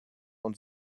und